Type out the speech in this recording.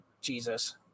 Jesus